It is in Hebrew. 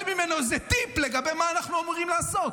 ממנו איזה טיפ לגבי מה אנחנו אמורים לעשות?